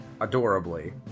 adorably